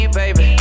baby